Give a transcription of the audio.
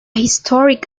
historic